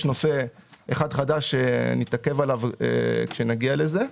יש נושא אחד חדש שנתעכב עליו כשנגיע לזה.